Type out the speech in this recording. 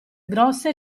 grosse